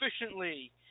efficiently